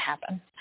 happen